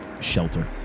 shelter